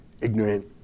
ignorant